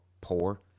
poor